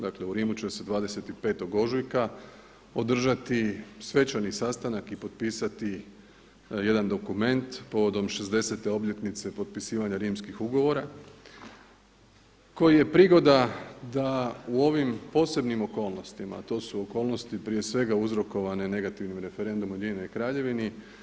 Dakle, u Rimu će se 25. ožujka održati svečani sastanak i potpisati jedan dokument povodom 60 obljetnice potpisivanja rimskih ugovora koji je prigoda da u ovim posebnim okolnostima, a to su okolnosti prije svega uzrokovane negativnim referendumom u Ujedinjenoj Kraljevini.